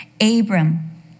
Abram